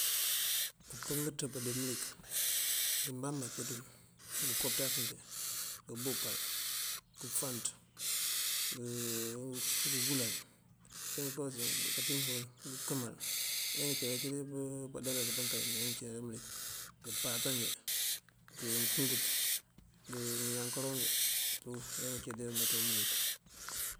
Umpëngënţëb di mëlik, ngëëmbambá acirël, ngënkopëţaţingi, ngëmboopal, ngëëfant ngëëbúlaŋ, ngëënkëmal ajá ngaancili këncili báandeela di pankay aja ngëënciiná di mëlik, ngëëpáatángí, ngëënkúngët, ngëënjánkaalo ajá ngëëncii di meţ mëlik.